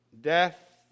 Death